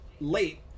late